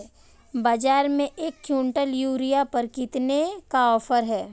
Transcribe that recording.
बाज़ार में एक किवंटल यूरिया पर कितने का ऑफ़र है?